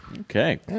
Okay